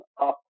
up